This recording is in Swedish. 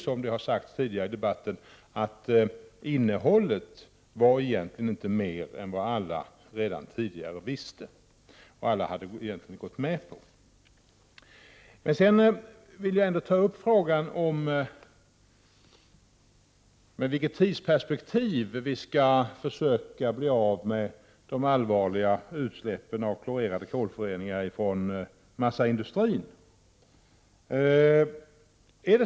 Som det har sagts tidigare i debatten kände alla redan till innehållet och omfattningen. Dessutom hade alla klargjort sitt samtycke. Sedan till frågan om tidsperspektivet när det gäller att försöka få stopp på de allvarliga utsläppen av klorerade klorföreningar från massaindustrin.